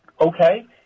okay